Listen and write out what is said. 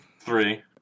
Three